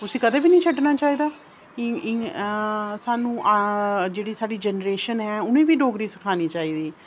उसी कदे बी नेईं छड्डना चाहिदा कि इ'यां सानू जेहड़ी साढ़ी जनरेशन ऐ उ'नें गी बी डोगरी सखानी चाहिदी